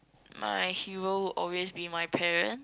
my hero always be my parent